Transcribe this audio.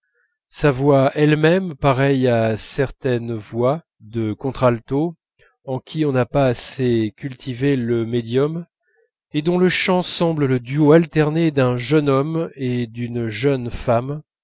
sa voix elle-même pareille à certaines voix de contralto en qui on n'a pas assez cultivé le médium et dont le chant semble le duo alterné d'un jeune homme et d'une femme